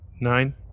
Nine